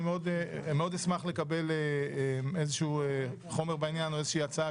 מאוד אשמח לקבל חומר בעניין או איזושהי הצעה,